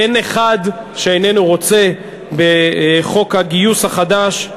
אין אחד שאיננו רוצה בחוק הגיוס החדש.